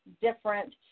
different